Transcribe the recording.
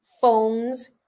phones